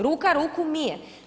Ruka ruku mije.